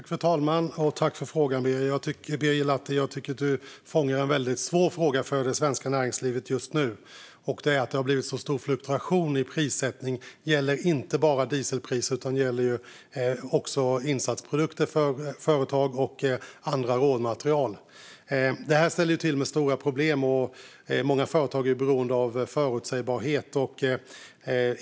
Fru talman! Tack för frågan, Birger Lahti! Jag tycker att du fångar en väldigt svår fråga för det svenska näringslivet just nu: att det har blivit så stor fluktuation i prissättningen. Och det gäller inte bara dieselpriset, utan det gäller också insatsprodukter för företag och andra råmaterial. Det här ställer till stora problem. Många företag är beroende av förutsägbarhet.